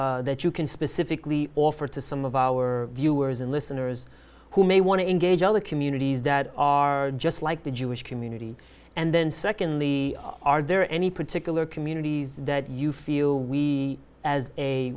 that you can specifically offer to some of our viewers and listeners who may want to engage other communities that are just like the jewish community and then secondly are there any particular communities that you feel we as a